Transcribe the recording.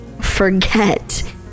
forget